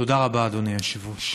תודה רבה, אדוני היושב-ראש.